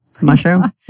mushroom